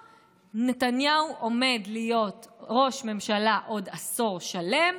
נתניהו עומד להיות ראש הממשלה עוד עשור שלם,